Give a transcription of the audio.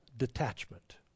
Detachment